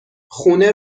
خونه